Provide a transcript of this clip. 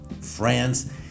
France